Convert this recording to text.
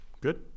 Good